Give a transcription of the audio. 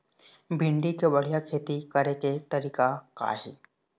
भिंडी के बढ़िया खेती करे के तरीका का हे?